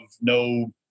no